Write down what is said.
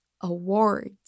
awards